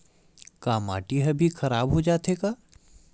का माटी ह भी खराब हो जाथे का?